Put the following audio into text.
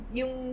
yung